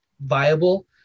viable